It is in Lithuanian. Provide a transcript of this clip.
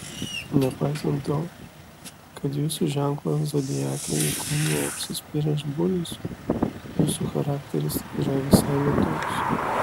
nepaisant to kad jūsų ženklą zodiake įkūnija užsispyręs bulius jūsų charakteris yra visai ne toks